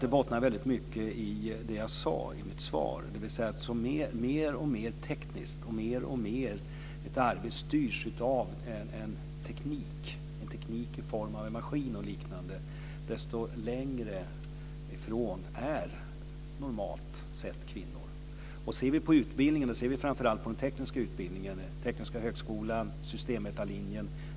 Det bottnar mycket i det jag sade i mitt svar, dvs. ju mer ett arbete styrs av teknik i form av en maskin och liknande, desto längre ifrån är normalt sett kvinnor. Vi kan konstatera att få kvinnor söker till den tekniska utbildningen - Tekniska högskolan, systemvetarlinjen.